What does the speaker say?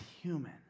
human